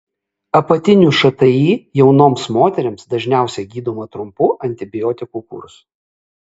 apatinių šti jaunoms moterims dažniausiai gydoma trumpu antibiotikų kursu